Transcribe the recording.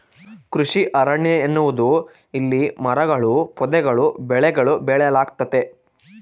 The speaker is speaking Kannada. ಕೃಷಿ ಅರಣ್ಯ ಎನ್ನುವುದು ಇಲ್ಲಿ ಮರಗಳೂ ಪೊದೆಗಳೂ ಬೆಳೆಗಳೂ ಬೆಳೆಯಲಾಗ್ತತೆ